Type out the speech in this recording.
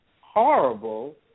horrible